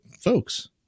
folks